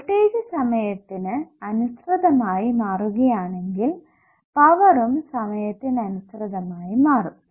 voltage സമയത്തിന് അനുസൃതമായി മാറുകയാണെങ്കിൽ പവറും സമയത്തിന് അനുസൃതമായി മാറും